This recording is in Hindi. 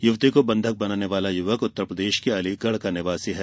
युवती को बन्धक बनाने वाला युवक उत्तरप्रदेश के अलिगढ का निवासी है